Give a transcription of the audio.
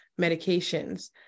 medications